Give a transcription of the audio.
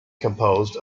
composed